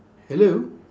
hello